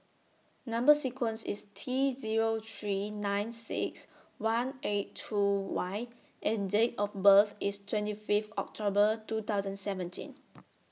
Number sequence IS T Zero three nine six one eight two Y and Date of birth IS twenty Fifth October two thousand seventeen